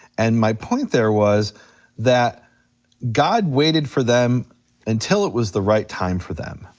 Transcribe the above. and my point there was that god waited for them until it was the right time for them.